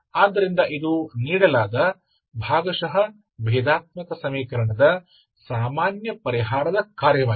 ಆದ್ದರಿಂದ ಇದು ನೀಡಲಾದ ಭಾಗಶಃ ಭೇದಾತ್ಮಕ ಸಮೀಕರಣದ ಸಾಮಾನ್ಯ ಪರಿಹಾರದ ಕಾರ್ಯವಾಗಿದೆ